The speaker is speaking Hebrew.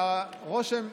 מהרושם,